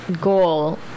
goal